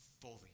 fully